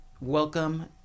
welcome